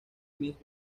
miss